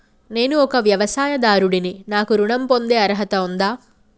నేను ఒక వ్యవసాయదారుడిని నాకు ఋణం పొందే అర్హత ఉందా?